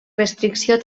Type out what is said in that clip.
restricció